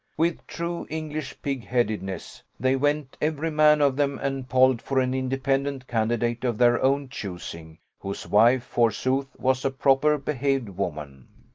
with true english pig-headedness, they went every man of them and polled for an independent candidate of their own choosing, whose wife, forsooth, was a proper behaved woman.